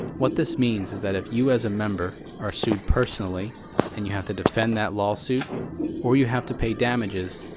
what this means is that if you as a member are sued personally and you have to defend that lawsuit or you have to pay damages,